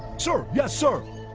sir yes sir